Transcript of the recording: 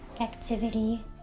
activity